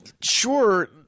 sure